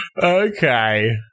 Okay